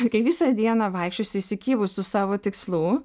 kai visą dieną vaikščiosi įsikibus tų savo tikslų